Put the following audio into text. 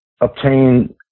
obtain